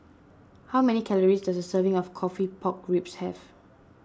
how many calories does a serving of Coffee Pork Ribs have